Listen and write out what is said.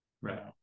right